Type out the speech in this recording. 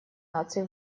наций